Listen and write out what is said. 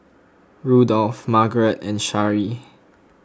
Rudolf Margarete and Sharee